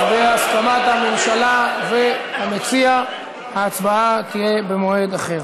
אז בהסכמת הממשלה והמציע, ההצבעה תהיה במועד אחר.